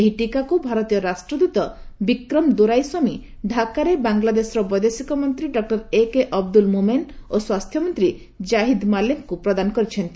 ଏହି ଟିକାକୁ ଭାରତୀୟ ରାଷ୍ଟ୍ରଦ୍ୱତ ବିକ୍ରମ ଦୋରାଇସ୍ୱାମୀ ଡାକାରେ ବାଂଲାଦେଶର ବୈଦେଶିକ ମନ୍ତ୍ରୀ ଡକ୍ଟର ଏକେ ଅବଦୁଲ୍ ମୋମେନ୍ ଓ ସ୍ୱାସ୍ଥ୍ୟମନ୍ତୀ ଜାହିଦ୍ ମାଲେକ୍ଙ୍କୁ ପ୍ରଦାନ କରିଛନ୍ତି